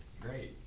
Great